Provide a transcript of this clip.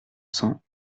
cents